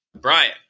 Brian